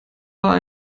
war